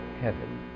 heaven